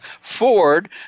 Ford